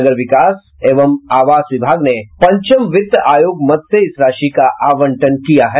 नगर विकास एवं आवास विभाग ने पंचम वित्त आयोग मद से इस राशि का आवंटन किया है